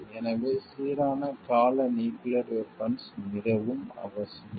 எனவே சீரான கால நியூக்கிளியர் வெபன்ஸ் மிகவும் அவசியம்